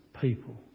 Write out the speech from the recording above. people